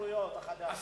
ההתנחלויות החדש.